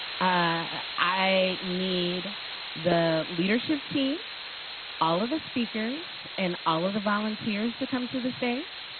i need the leadership team all of the speakers and all of the volunteers to come to the stage.